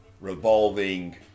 revolving